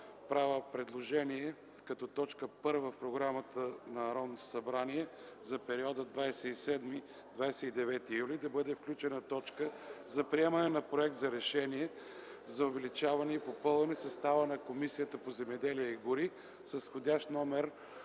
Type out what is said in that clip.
правя предложение като т. 1 в програмата на Народното събрание за периода 27-29 юли тази година да бъде включена точка за приемане на Проект за решение за увеличаване и попълване състава на Комисията по земеделието и горите с входящ №